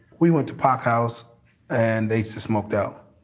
we went to park house and they saw smoke though,